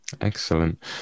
Excellent